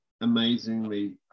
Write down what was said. amazingly